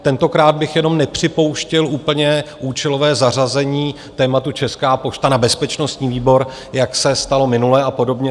Tentokrát bych jenom nepřipouštěl úplně účelové zařazení tématu Česká pošta na bezpečnostní výbor, jak se stalo minule, a podobně.